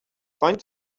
find